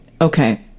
Okay